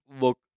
look